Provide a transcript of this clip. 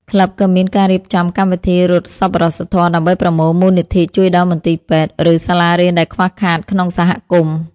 ក្លឹបក៏មានការរៀបចំកម្មវិធីរត់សប្បុរសធម៌ ដើម្បីប្រមូលមូលនិធិជួយដល់មន្ទីរពេទ្យ ឬសាលារៀនដែលខ្វះខាតក្នុងសហគមន៍។